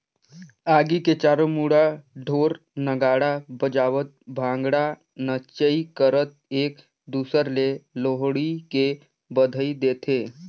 आगी के चारों मुड़ा ढोर नगाड़ा बजावत भांगडा नाचई करत एक दूसर ले लोहड़ी के बधई देथे